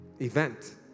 event